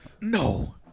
No